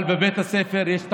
אבל בבית הספר יש מורה,